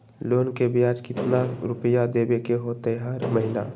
Loan के ब्याज कितना रुपैया देबे के होतइ हर महिना?